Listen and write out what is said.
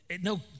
no